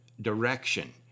direction